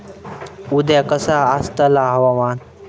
उद्या कसा आसतला हवामान?